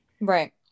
Right